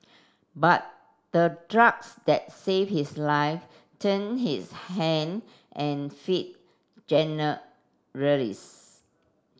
but the drugs that saved his life turned his hand and feet